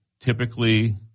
Typically